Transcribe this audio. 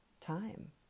time